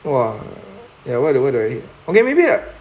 !wah! ya what do what do I hate okay maybe lah